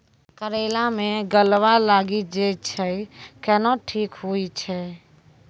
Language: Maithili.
करेला मे गलवा लागी जे छ कैनो ठीक हुई छै?